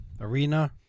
arena